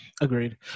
agreed